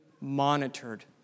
monitored